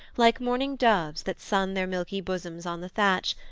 like morning doves that sun their milky bosoms on the thatch,